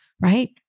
right